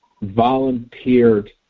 volunteered